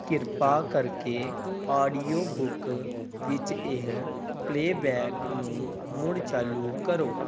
ਕਿਰਪਾ ਕਰਕੇ audio book ਵਿੱਚ ਇਹ ਪਲੇਬੈਕ ਨੂੰ ਮੁੜ ਚਾਲੂ ਕਰੋ